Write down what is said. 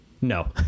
no